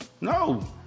No